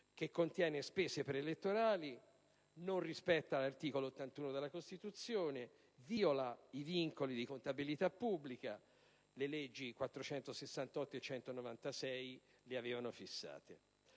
che contiene spese preelettorali, non rispetta l'articolo 81 della Costituzione, viola i vincoli di contabilità pubblica che le leggi nn. 468 del 1978 e